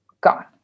gone